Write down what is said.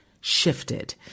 shifted